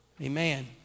Amen